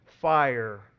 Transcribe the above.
fire